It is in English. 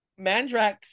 Mandrax